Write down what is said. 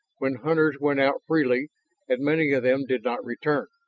when hunters went out freely and many of them did not return.